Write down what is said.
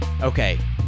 okay